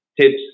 tips